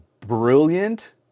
brilliant